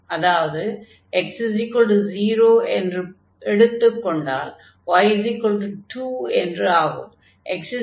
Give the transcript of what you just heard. அதாவது x0 என்று எடுத்துக் கொண்டால் y2 என்று ஆகும்